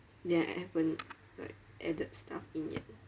then I haven't like added stuff in yet